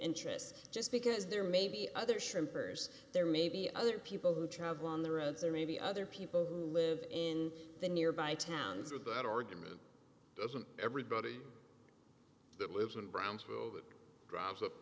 interests just because there may be other shrimpers there may be other people who travel on the roads or maybe other people who live in the nearby towns with that argument doesn't everybody that lives in brownsville that drives up to